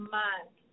month